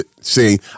see